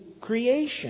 creation